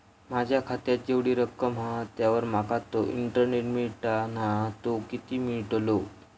माझ्या खात्यात जेवढी रक्कम हा त्यावर माका तो इंटरेस्ट मिळता ना तो किती मिळतलो?